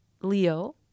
Leo